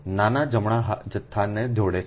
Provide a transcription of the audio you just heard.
નાના જમણા જથ્થાને જોડે છે